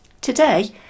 Today